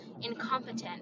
incompetent